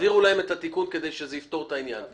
תעבירו להם את התיקון כדי שזה יפתור את העניין.